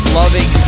loving